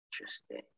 Interesting